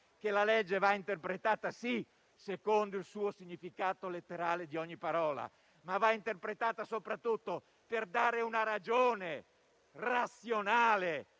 che la legge va interpretata - sì - secondo il significato letterale di ogni parola, ma soprattutto per dare una ragione razionale